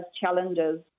challenges